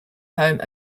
home